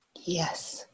Yes